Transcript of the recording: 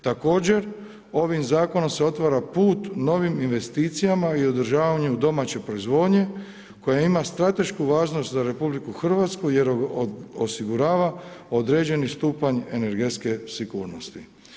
Također, ovim zakonom se otvara put novim investicijama i održavanju domaće proizvodnje koja ima stratešku važnost za RH jer osigurava određeni stupanj energetske sigurnosti.